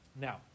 Now